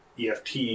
EFT